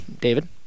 David